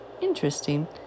Interesting